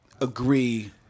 agree